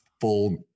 full